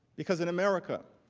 because in america